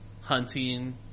hunting